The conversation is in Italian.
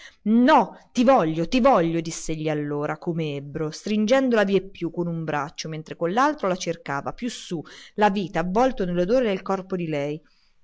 no ti voglio ti voglio diss'egli allora com'ebbro stringendola vieppiù con un braccio mentre con l'altro le cercava più su la vita avvolto nell'odore del corpo di lei